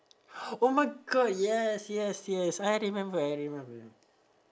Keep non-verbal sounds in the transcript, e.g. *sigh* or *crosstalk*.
*breath* oh my god yes yes yes I remember I remember